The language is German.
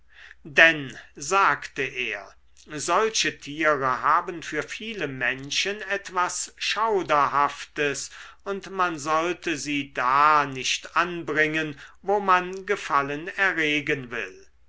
denn sagte er solche tiere haben für viele menschen etwas schauderhaftes und man sollte sie da nicht anbringen wo man gefallen erregen will